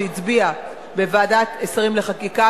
שהצביעה בוועדת שרים לחקיקה,